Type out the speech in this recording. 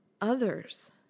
others